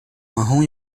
marrom